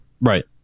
Right